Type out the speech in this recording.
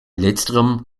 letzterem